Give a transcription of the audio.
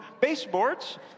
Baseboards